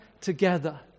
together